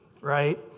right